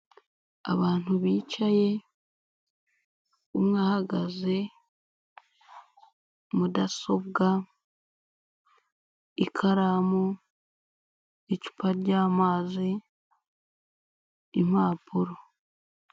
Abantu bicaye, umwe ahagaze, mudasobwa, ikaramu, icupa ry'amazi, impapuro.